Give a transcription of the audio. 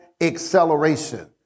acceleration